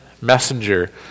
messenger